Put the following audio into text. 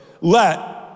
let